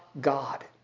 God